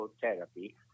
therapy